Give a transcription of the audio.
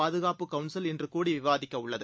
பாதுகாப்பு கவுன்சில் இன்று கூடி விவாதிக்கஉள்ளது